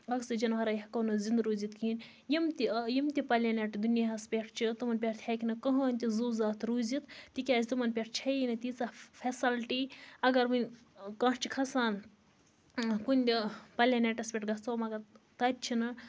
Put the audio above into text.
oxygen وَرٲے ہیٚکو نہٕ زِندٕ روٗزِتھ کِہیٖنۍ یِم تہِ یِم تہِ پٕلینیٚٹ دُنیاہَس پٮ۪ٹھ چھِ تِمن پٮ۪ٹھ ہیٚکہِ نہٕ کٕہٕنۍ تہِ زو زات روٗزِتھ تکیاز تمَن پٮ۪ٹھ چھیی نہٕ تیٖژہ فیسَلٹی اَگَر وۄنۍ کانٛہہ چھُ کھَسان کُنہِ پَلینٹَس پٮ۪ٹھ گَژھو مَگَر تَتہِ چھنہٕ